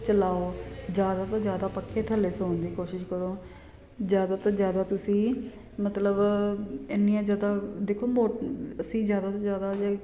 ਚਲਾਓ ਜ਼ਿਆਦਾ ਤੋਂ ਜ਼ਿਆਦਾ ਪੱਖੇ ਥੱਲੇ ਸੌਣ ਦੀ ਕੋਸ਼ਿਸ਼ ਕਰੋ ਜ਼ਿਆਦਾ ਤੋਂ ਜ਼ਿਆਦਾ ਤੁਸੀਂ ਮਤਲਬ ਇੰਨੀਆਂ ਜ਼ਿਆਦਾ ਦੇਖੋ ਅਸੀਂ ਜ਼ਿਆਦਾ ਤੋਂ ਜ਼ਿਆਦਾ